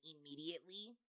immediately